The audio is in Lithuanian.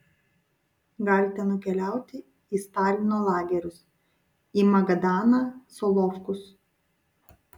galite nukeliauti į stalino lagerius į magadaną solovkus